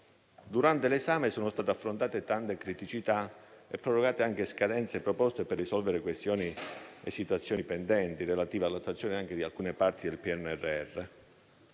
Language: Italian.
Durante l'esame sono state affrontate tante criticità e prorogate anche scadenze proposte per risolvere questioni e situazioni pendenti, relative anche all'attuazione di alcune parti del PNRR.